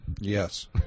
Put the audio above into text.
Yes